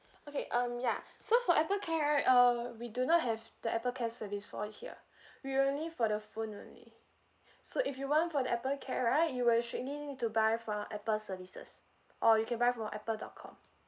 okay um ya so for apple care right uh we do not have the apple care service for it here we're only for the phone only so if you want for the apple care right you will strictly need need to buy from apple services or you can buy from apple dot com